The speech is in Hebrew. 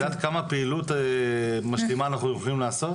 את יודעת כמה פעילות משלימה אנחנו יכולים לעשות?